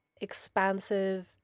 expansive